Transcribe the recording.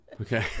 Okay